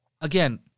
Again